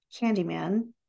Candyman